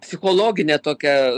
psichologine tokia